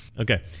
Okay